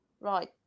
right